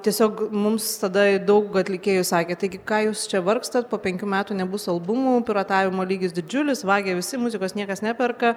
tiesiog mums tada daug atlikėjų sakė taigi ką jūs čia vargstat po penkių metų nebus albumų piratavimo lygis didžiulis vagia visi muzikos niekas neperka